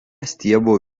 stiebo